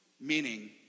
Meaning